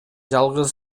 жалгыз